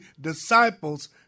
disciples